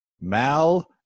Mal